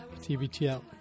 TBTL